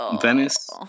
Venice